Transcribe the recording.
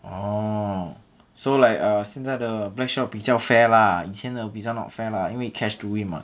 orh so like err 现在 the black shot 比较 fair lah 以前的比较 not fair lah 因为 cash to win [what]